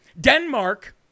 Denmark